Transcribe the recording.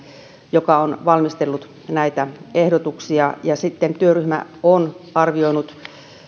joka on valmistellut näitä ehdotuksia työryhmä on arvioinut